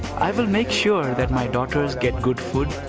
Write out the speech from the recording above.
i will make sure that my daughters get good food,